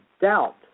doubt